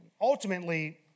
Ultimately